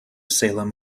salem